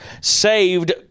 saved